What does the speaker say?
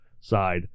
side